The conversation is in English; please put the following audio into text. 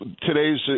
today's